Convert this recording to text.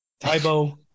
Tybo